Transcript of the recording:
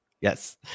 Yes